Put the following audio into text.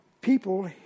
people